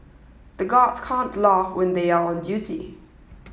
the guards can't laugh when they are on duty